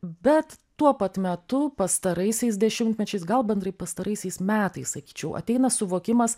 bet tuo pat metu pastaraisiais dešimtmečiais gal bendrai pastaraisiais metais sakyčiau ateina suvokimas